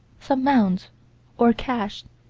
some mounds or caches,